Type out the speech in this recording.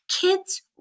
kids